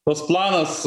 tas planas